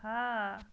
آہا